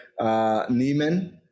Neiman